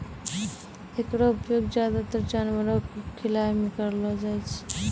एकरो उपयोग ज्यादातर जानवरो क खिलाय म करलो जाय छै